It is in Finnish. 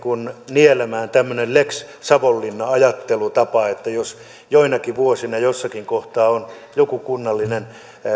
nielemään tällainen lex savonlinna ajattelutapa että jos joinakin vuosina jossakin kohtaa on joku kunnallinen